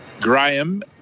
Graham